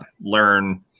Learn